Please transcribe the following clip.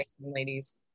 ladies